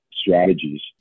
strategies